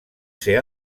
ser